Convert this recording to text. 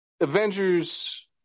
Avengers